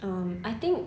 um I think